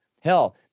hell